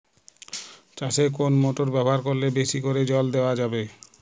চাষে কোন মোটর ব্যবহার করলে বেশী করে জল দেওয়া যাবে?